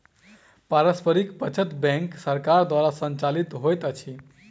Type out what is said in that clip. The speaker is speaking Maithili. पारस्परिक बचत बैंक सरकार द्वारा संचालित होइत अछि